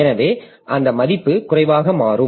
எனவே அந்த மதிப்பு குறைவாக மாறும்